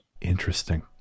Interesting